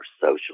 social